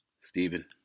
Stephen